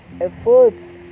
efforts